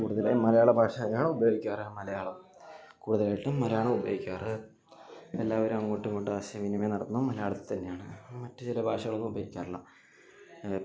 മലയാള ഭാഷ നേരിടുന്ന വെല്ലുവിളികളാണ് നമ്മളിന്ന് പറയുന്നത് അത് എന്താണെന്നുവച്ചാൽ മലയാള ഭാഷ നമ്മളിൽ ഇന്നു വളരുന്ന ഇന്നു വളർന്നുവരുന്ന കുട്ടികളെല്ലാം